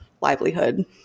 livelihood